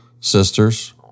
Sisters